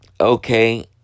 okay